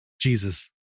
jesus